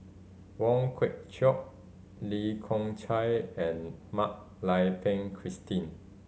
Wong Kwei Cheong Lee Kong Chian and Mak Lai Peng Christine